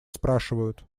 спрашивают